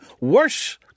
worse